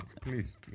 please